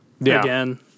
again